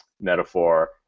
metaphor